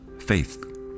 faith